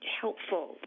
helpful